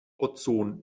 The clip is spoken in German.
ozon